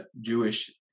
Jewish